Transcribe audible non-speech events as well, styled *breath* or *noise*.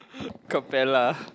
*breath* Capella